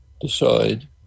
decide